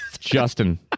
Justin